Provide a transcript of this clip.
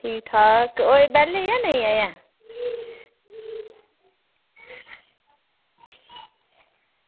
ठीक ठाक होये बेह्ले जां अजें नेईं